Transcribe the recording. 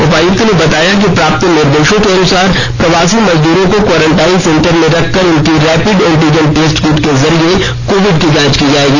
उपायुक्त ने बताया कि प्राप्त निर्देश के अनुसार प्रवासी मजदूरों को क्वॉरंटाइन सेंटर में रखकर उनकी रैपिड एंटीजन टेस्ट किट के जरिये कोविड की जांच की जाएगी